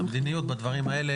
המדיניות בדברים האלה,